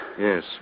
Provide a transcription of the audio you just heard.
Yes